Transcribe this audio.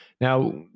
Now